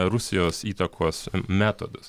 rusijos įtakos metodus